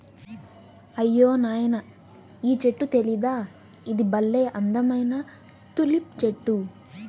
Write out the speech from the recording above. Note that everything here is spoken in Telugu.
అయ్యో నాయనా ఈ చెట్టు తెలీదా ఇది బల్లే అందమైన తులిప్ చెట్టు